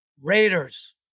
Raiders